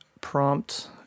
prompt